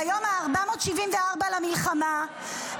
ביום ה-474 למלחמה,